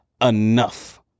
enough